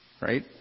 right